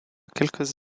quelques